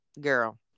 Girl